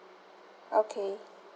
okay